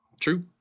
true